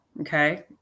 Okay